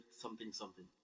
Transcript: something-something